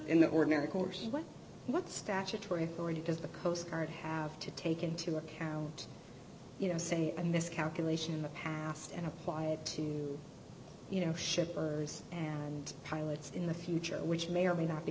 in the ordinary course when what statutory authority does the coast guard have to take into account you know send a miscalculation in the past and apply it to you know shippers and pilots in the future which may or may not be